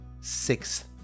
sixth